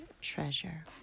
treasure